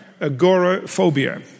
agoraphobia